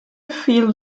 field